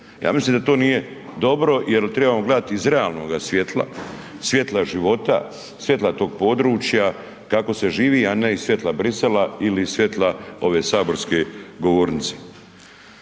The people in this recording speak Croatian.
Ja mislim da to nije dobro jel trebamo gledati iz realnoga svijetla, svijetla života, svijetla tog područja, kako se živi, a ne iz svijetla Bruxellesa ili iz svijetla ove saborske govornice.